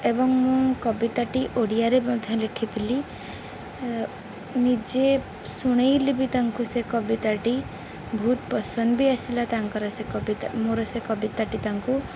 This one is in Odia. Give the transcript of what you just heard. ଏବଂ ମୁଁ କବିତାଟି ଓଡ଼ିଆରେ ମଧ୍ୟ ଲେଖିଥିଲି ନିଜେ ଶୁଣେଇଲି ବି ତାଙ୍କୁ ସେ କବିତାଟି ବହୁତ ପସନ୍ଦ ବି ଆସିଲା ତାଙ୍କର ସେ କବିତା ମୋର ସେ କବିତାଟି ତାଙ୍କୁ